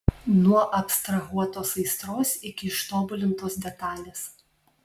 nuo abstrahuotos aistros iki ištobulintos detalės